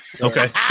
Okay